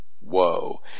Whoa